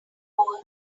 hold